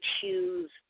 choose